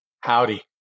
Howdy